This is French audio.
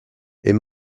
est